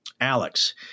Alex